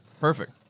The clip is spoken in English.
Perfect